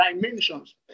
dimensions